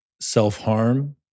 self-harm